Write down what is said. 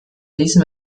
diesem